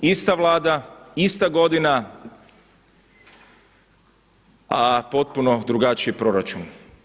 Ista Vlada, ista godina a potpuno drugačiji proračun.